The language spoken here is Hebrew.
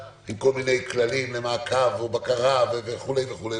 עם כל מיני כללים למעקב ובקרה וכולי.